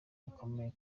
rikomeye